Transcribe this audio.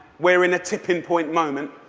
we're in a tipping-point moment.